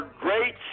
great